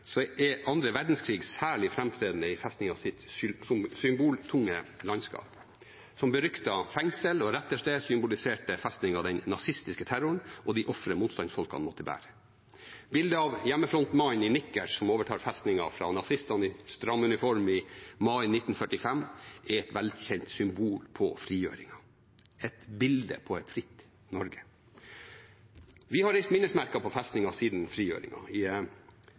er annen verdenskrig særlig framtredende i festningens symboltunge landskap. Som beryktet fengsel og rettersted symboliserte festningen den nazistiske terroren og de ofre motstandsfolkene måtte bære. Bildet av hjemmefrontmannen i nikkers, som overtar festningen fra nazistene i stram uniform i mai 1945, er et velkjent symbol på frigjøringen, et bilde på et fritt Norge. Vi har reist minnesmerker på festningen siden frigjøringen. I